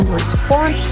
respond